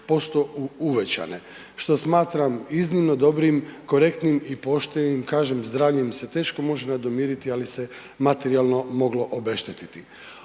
26% uvećane, što smatram iznimno dobrim, korektnim i poštenim. Kažem, zdravlje im se teško može nadomjestiti ali se materijalno moglo obeštetiti.